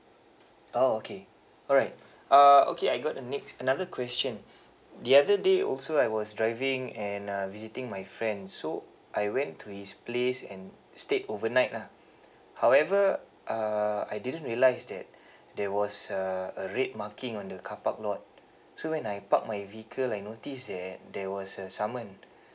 oh okay alright uh okay I got the next another question the other day also I was driving and uh visiting my friend so I went to his place and stayed overnight lah however uh I didn't realise that there was uh a red marking on the carpark lot so when I park my vehicle I notice that there was a summon